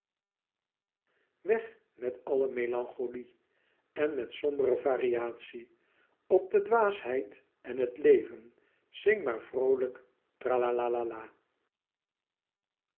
weg met alle melancholie en met sombre variatie op de dwaasheid en het leven zing maar vroolijk tralalala